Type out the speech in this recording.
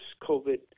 COVID